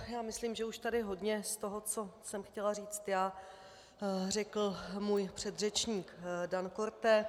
Já myslím, že už tady hodně z toho, co jsem chtěla říct já, řekl můj předřečník Dan Korte.